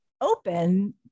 open